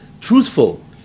truthful